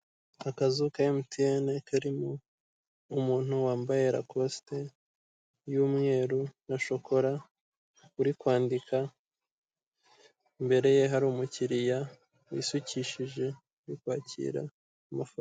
Akazu ka MTN karimo umuntu wambaye rakosite y'umweru na shokora, uri kwandika, imbere ye hari umukiriya wisukishije uri kwakira amafaranga.